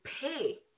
pay